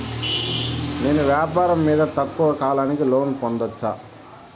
నేను వ్యాపారం మీద తక్కువ కాలానికి లోను పొందొచ్చా?